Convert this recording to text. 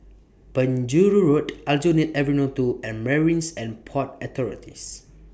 Penjuru Road Aljunied Avenue two and Marines and Port Authorities